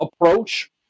approach